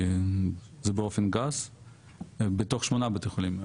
זה באופן גס בתוך שמונה בתי החולים.